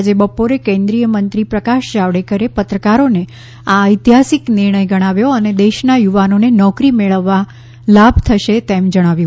આજે બપોરે કેન્દ્રીયમંત્રી પ્રકાશ જાવડેકરે પત્રકારોને આ ઐતિહાસિક નિર્ણય ગણાવ્યો અને દેશના યુવાનોને નોકરી મેળવવા લાભ થશે એમ જણાવ્યું